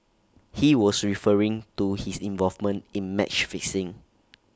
he was referring to his involvement in match fixing